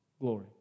glory